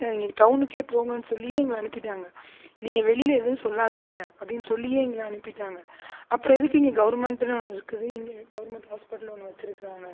நீங்கள் டௌனுக்கே போங்கனு சொல்லியே எங்களை அனுப்பிட்டாங்க நீங்கள் வெளியில் எதுவும் சொல்லாதீங்க அப்படினு சொல்லியே எங்களை அனுப்பிட்டாங்க அப்புறம் எதுக்குங்க கோவர்ன்மெண்ட்னு ஒன்று இருக்குது இங்கே கோவர்ன்மெண்ட் ஹாஸ்பிடல்னு ஒன்று வச்சுருக்காங்க